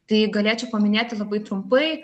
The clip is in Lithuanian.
tai galėčiau paminėti labai trumpai